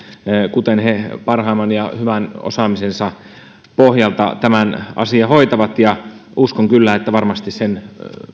kuten he parhaimman ja hyvän osaamisensa pohjalta tämän asian hoitavat ja uskon kyllä että varmasti he sen